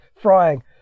frying